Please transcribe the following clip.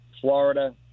Florida